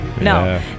No